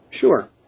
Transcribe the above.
Sure